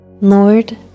Lord